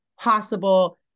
possible